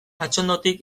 atxondotik